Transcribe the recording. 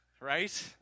right